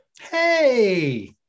Hey